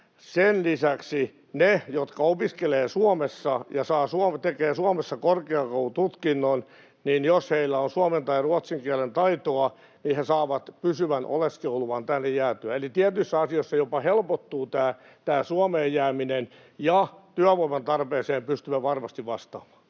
sen lisäksi ne, jotka opiskelevat Suomessa ja tekevät Suomessa korkeakoulututkinnon, jos heillä on suomen tai ruotsin kielen taitoa, saavat pysyvän oleskeluluvan tänne jäätyään. Eli tietyissä asioissa jopa helpottuu Suomeen jääminen, ja työvoiman tarpeeseen pystymme varmasti vastaamaan.